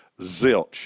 zilch